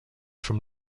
from